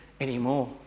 anymore